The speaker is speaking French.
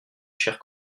chers